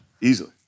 easily